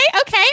Okay